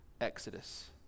exodus